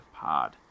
pod